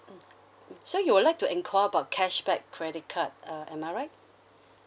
so you would like to enquire about cashback credit card uh am I right